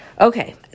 okay